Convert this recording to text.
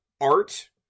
art